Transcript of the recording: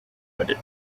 but